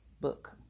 book